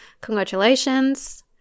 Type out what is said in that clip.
Congratulations